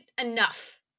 enough